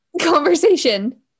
conversation